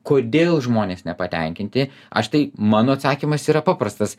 kodėl žmonės nepatenkinti aš tai mano atsakymas yra paprastas